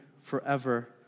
forever